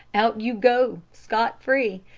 out you go, scot-free.